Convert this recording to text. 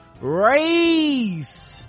race